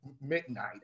midnight